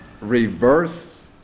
reverse